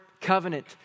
covenant